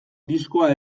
diskoa